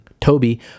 Toby